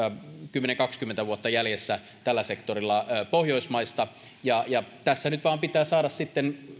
kymmenen viiva kaksikymmentä vuotta jäljessä pohjoismaista ja ja tässä nyt vain pitää saada